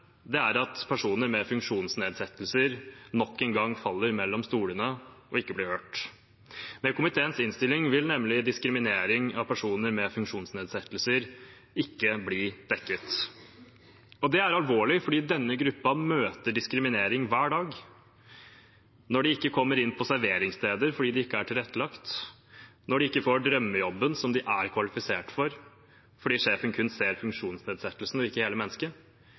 er at personer med funksjonsnedsettelser nok en gang faller mellom stolene og ikke blir hørt. Med komiteens innstilling vil nemlig diskriminering av personer med funksjonsnedsettelser ikke bli dekket. Det er alvorlig, for denne gruppen møter diskriminering hver dag – når de ikke kommer inn på serveringssteder fordi det ikke er tilrettelagt, når de ikke får drømmejobben som de er kvalifisert for, fordi sjefen kun ser funksjonsnedsettelsen og ikke hele mennesket,